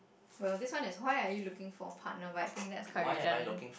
well this is one is why are you looking for a partner but I think that's quite redundant